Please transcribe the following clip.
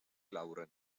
laburrena